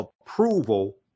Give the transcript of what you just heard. approval